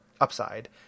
upside